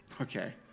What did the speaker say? Okay